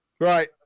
right